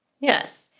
Yes